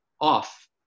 off